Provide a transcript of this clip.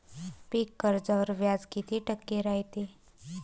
पीक कर्जावर व्याज किती टक्के रायते?